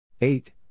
eight